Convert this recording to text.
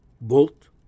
Bolt